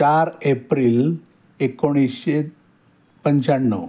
चार एप्रिल एकोणीसशे पंच्याण्णव